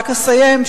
רק אסיים,